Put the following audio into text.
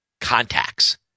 contacts